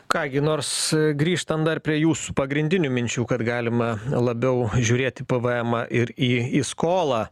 ką gi nors grįžtan dar prie jūsų pagrindinių minčių kad galima labiau žiūrėti į pvemą ir į į skolą